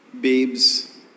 babes